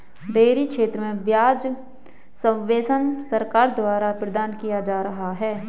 dairy क्षेत्र में ब्याज सब्वेंशन सरकार द्वारा प्रदान किया जा रहा है